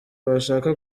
washaka